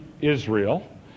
Israel